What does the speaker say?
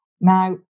Now